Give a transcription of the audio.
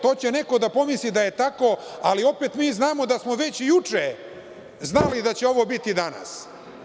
To će neko da pomisli da je tako, ali opet mi znamo da smo već juče znali da će ovo biti danas.